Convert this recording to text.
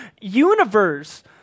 universe